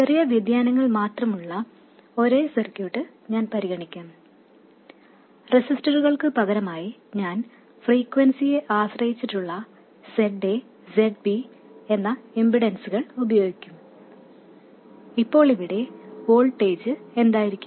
ചെറിയ വ്യതിയാനങ്ങൾ മാത്രമുള്ള ഒരേ സർക്യൂട്ട് ഞാൻ പരിഗണിക്കാം റെസിസ്റ്ററുകൾക്ക് പകരമായി ഞാൻ ഫ്രീക്വെൻസിയെ ആശ്രയിച്ചുള്ള Za Zb എന്ന ഇംപെൻഡൻസുകൾ ഉപയോഗിക്കും ഇപ്പോൾ ഇവിടെ വോൾട്ടേജ് എന്തായിരിക്കും